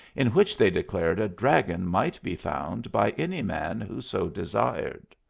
in which they declared a dragon might be found by any man who so desired.